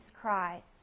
Christ